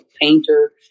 painter